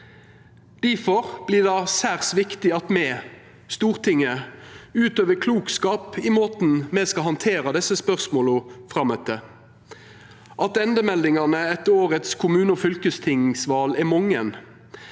Difor blir det særs viktig at me, Stortinget, utøver klokskap i måten me skal handtera desse spørsmåla på frametter. Attendemeldingane etter årets kommune- og fylkestingsval er mange,